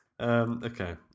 okay